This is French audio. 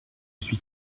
suis